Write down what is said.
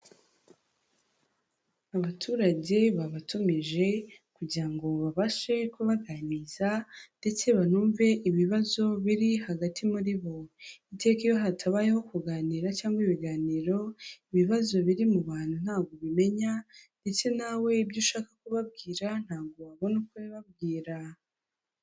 Abaturage babatumije kugira ngo babashe kubaganiriza ndetse banumve ibibazo biri hagati muri bo, iteka iyo hatabayeho kuganira cyangwa ibiganiro, ibibazo biri mu bantu ntabwo ubimenya ndetse nawe ibyo ushaka kubabwira ntabwo wabona uko ubibabwira.